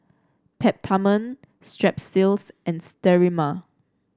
Peptamen Strepsils and Sterimar